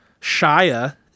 Shia